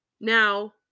Now